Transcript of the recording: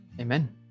Amen